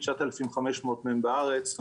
9,500 מהם בארץ,